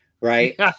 Right